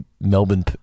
Melbourne